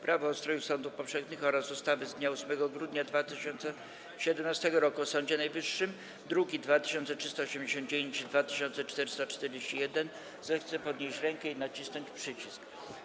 Prawo o ustroju sądów powszechnych oraz ustawy z dnia 8 grudnia 2017 roku o Sądzie Najwyższym, druki nr 2389 i 2441, zechce podnieść rękę i nacisnąć przycisk.